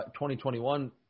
2021